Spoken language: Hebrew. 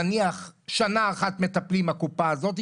נניח שנה אחת מטפלים הקופה הזאת,